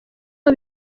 aho